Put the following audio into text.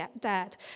dad